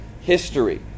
history